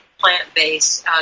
plant-based